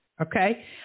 Okay